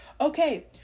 Okay